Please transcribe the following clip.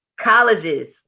colleges